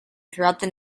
throughout